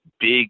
big